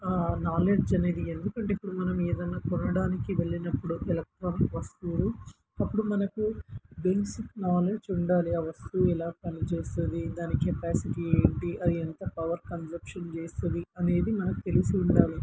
knowledge అనేది ఎందుకంటే ఇప్పుడు మనం ఏదైనా కొనడానికి వెళ్ళినప్పుడు ఎలక్ట్రానిక్ వస్తువులు అప్పుడు మనకు బేసిక్ నాలెడ్జ్ ఉండాలి ఆ వస్తువు ఎలా పనిచేస్తుంది దాని కెపాసిటీ ఏంటి అది ఎంత పవర్ కన్జప్షన్ చేస్తుంది అనేది మనకు తెలిసి ఉండాలి